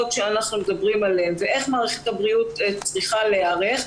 שאנחנו מדברים עליהן ואיך מערכת הבריאות צריכה להיערך,